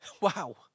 Wow